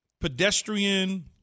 pedestrian